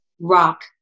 rock